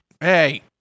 Hey